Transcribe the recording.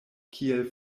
kiel